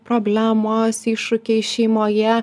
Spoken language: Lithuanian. problemos iššūkiai šeimoje